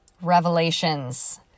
revelations